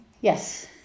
Yes